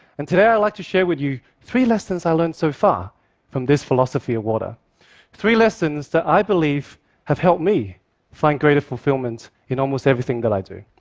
and today, i'd like to share with you three lessons i learned so far from this philosophy of water three lessons that i believe have helped me find greater fulfillment in almost everything that i do.